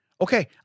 Okay